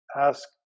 ask